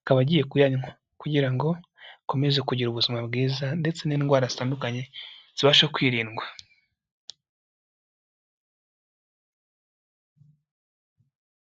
akaba agiye kuyanywa kugira ngo akomeze kugira ubuzima bwiza ndetse n'indwara zitandukanye zibashe kwirindwa.